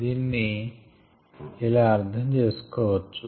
దీనిని ఇలా అర్ధం చేసుకోవచ్చు